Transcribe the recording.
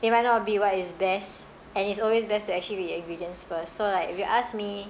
it might not be what is best and it's always best to actually read the ingredients first so like if you ask me